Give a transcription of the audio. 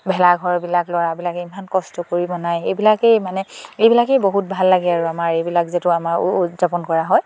ভেলাঘৰবিলাক ল'ৰাবিলাকে ইমান কষ্ট কৰি বনায় এইবিলাকেই মানে এইবিলাকেই বহুত ভাল লাগে আৰু আমাৰ এইবিলাক যিটো আমাৰ উদযাপন কৰা হয়